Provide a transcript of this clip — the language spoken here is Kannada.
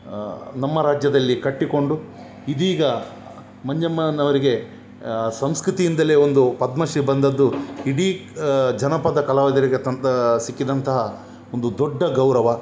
ನಮ್ಮ ರಾಜ್ಯದಲ್ಲಿ ಕಟ್ಟಿಕೊಂಡು ಇದೀಗ ಮಂಜಮ್ಮನವರಿಗೆ ಸಂಸ್ಕೃತಿಯಿಂದಲೇ ಒಂದು ಪದ್ಮಶ್ರೀ ಬಂದದ್ದು ಇಡೀ ಜನಪದ ಕಲಾವಿದರಿಗೆ ತಂದ ಸಿಕ್ಕಿದ್ದಂತಹ ಒಂದು ದೊಡ್ಡ ಗೌರವ